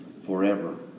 forever